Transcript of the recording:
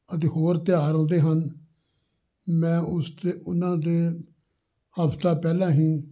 ਅਤੇ ਹੋਰ ਤਿਉਹਾਰ ਆਉਂਦੇ ਹਨ ਮੈਂ ਉਸ 'ਤੇ ਉਹਨਾਂ ਦੇ ਹਫ਼ਤਾ ਪਹਿਲਾਂ ਹੀ